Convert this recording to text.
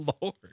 lord